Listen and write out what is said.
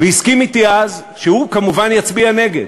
והסכים אתי אז שהוא כמובן יצביע נגד,